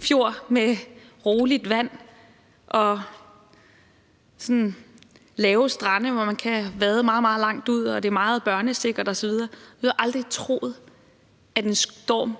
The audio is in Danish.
fjord med roligt vand og lave strande, hvor man kan vade meget, meget langt ud, og hvor det er meget børnesikkert osv., at en storm